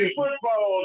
football